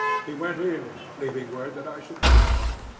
he went in, leaving word that i should wait for him.